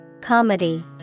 Comedy